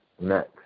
next